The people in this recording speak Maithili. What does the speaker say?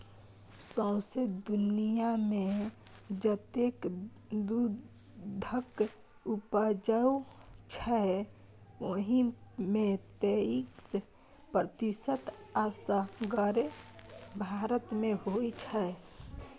सौंसे दुनियाँमे जतेक दुधक उपजै छै ओहि मे तैइस प्रतिशत असगरे भारत मे होइ छै